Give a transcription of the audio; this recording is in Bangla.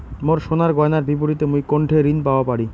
মোর সোনার গয়নার বিপরীতে মুই কোনঠে ঋণ পাওয়া পারি?